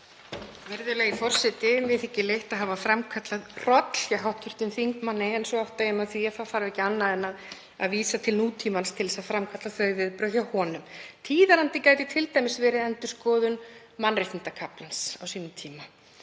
Virðulegi forseti. Mér þykir leitt að hafa framkallað hroll hjá hv. þingmanni en svo átta ég mig á því að það þarf ekki annað en að vísa til nútímans til að framkalla þau viðbrögð hjá honum. Tíðarandi gæti t.d. verið endurskoðun mannréttindakaflans á sínum tíma.